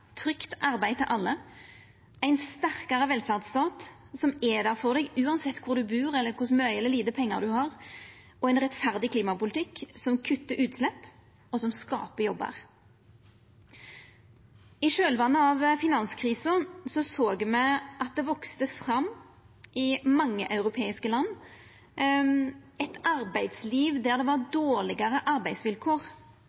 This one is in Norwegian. trygt arbeid til alle, ein sterkare velferdsstat som er der for deg uansett kvar du bur eller kor mykje eller lite pengar du har, og ein rettferdig klimapolitikk som kuttar utslepp og skaper jobbar. I kjølvatnet av finanskrisa såg me at det i mange europeiske land voks fram eit arbeidsliv der det var